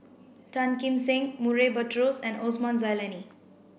Tan Kim Seng Murray Buttrose and Osman Zailani